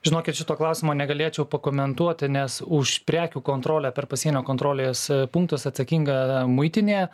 žinokit šito klausimo negalėčiau pakomentuoti nes už prekių kontrolę per pasienio kontrolės punktus atsakinga muitinė